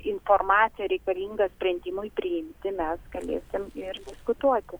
informaciją reikalingą sprendimui priimti mes galėsim ir diskutuoti